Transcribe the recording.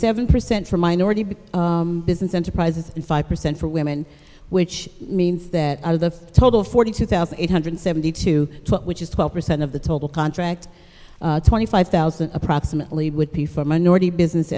seven percent for minority big business enterprises and five percent for women which means that out of the total forty two thousand eight hundred seventy two which is twelve percent of the total contract twenty five thousand approximately would be for minority business